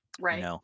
Right